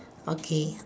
okay